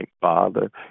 Father